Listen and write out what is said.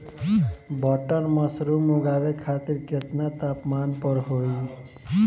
Button mushroom उगावे खातिर केतना तापमान पर होई?